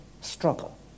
struggle